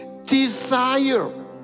Desire